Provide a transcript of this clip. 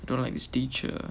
I don't like his teacher